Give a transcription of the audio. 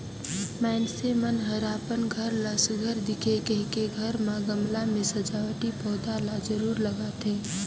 मइनसे मन हर अपन घर ला सुग्घर दिखे कहिके घर म गमला में सजावटी पउधा ल जरूर लगाथे